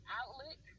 outlet